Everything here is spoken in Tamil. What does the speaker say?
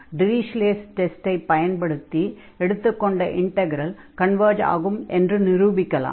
டிரிஷ்லே'ஸ் டெஸ்டை Dirichlet's test பயன்படுத்தி எடுத்துக்கொண்ட இன்டக்ரல் கன்வர்ஜ் ஆகும் என்று நிரூபிக்கலாம்